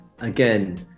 again